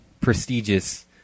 prestigious